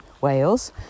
Wales